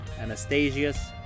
Anastasius